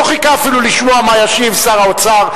לא חיכה אפילו לשמוע מה ישיב שר האוצר,